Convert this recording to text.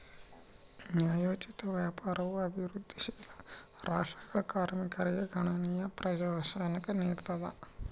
ನ್ಯಾಯೋಚಿತ ವ್ಯಾಪಾರವು ಅಭಿವೃದ್ಧಿಶೀಲ ರಾಷ್ಟ್ರಗಳ ಕಾರ್ಮಿಕರಿಗೆ ಗಣನೀಯ ಪ್ರಯೋಜನಾನ ನೀಡ್ತದ